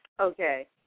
Okay